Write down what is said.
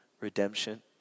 redemption